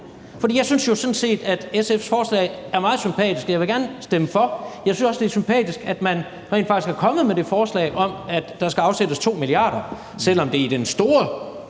for. Jeg synes jo sådan set, at SF's forslag er meget sympatisk, og jeg vil gerne stemme for. Jeg synes også, det er sympatisk, at man rent faktisk er kommet med det forslag om, at der skal afsættes 2 mia. kr. Selv om det i den store